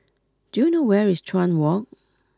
do you know where is Chuan Walk